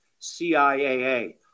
CIAA